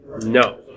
no